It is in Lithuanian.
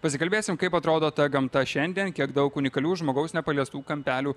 pasikalbėsim kaip atrodo ta gamta šiandien kiek daug unikalių žmogaus nepaliestų kampelių